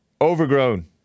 Overgrown